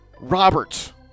robert